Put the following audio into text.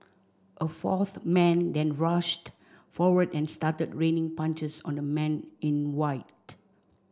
a fourth man then rushed forward and started raining punches on the man in white